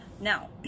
now